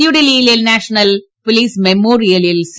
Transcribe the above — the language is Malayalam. ന്യൂഡൽഹിയിലെ നാഷണൽ പൊലീസ് മെമ്മോറിയലിൽ സി